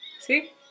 See